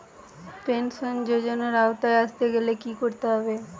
Pension যজোনার আওতায় আসতে গেলে কি করতে হবে?